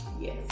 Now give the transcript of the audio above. Yes